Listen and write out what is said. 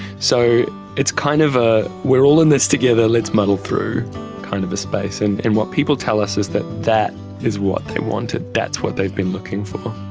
so it's kind of a we are all in this together, let's muddle through' kind of a space. and and what people tell us is that that is what they wanted, that's what they've been looking for.